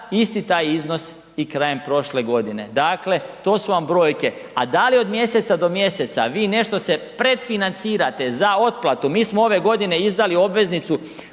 isti iznos i krajem prošle godine. Dakle, to su vam brojke, a da li od mjeseca do mjeseca, vi nešto se predfinancirate za otplatu, mi smo ove godine izdali obveznicu